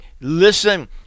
listen